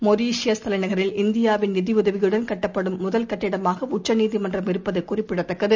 Mauritius தலைநகரில் இந்தியாவின் நிதியுதவியுடன் கட்டப்படும் முதல் கட்டிடமாகஉச்சநீதிமன்றம் இருப்பதுகுறிப்பிடத்தக்கது